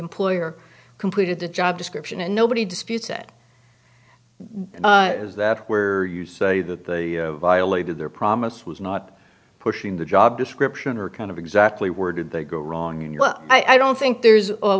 employer completed the job description and nobody disputes that is that where you say that the violated their promise was not pushing the job description or kind of exactly where did they go wrong in your i don't think there's